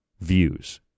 views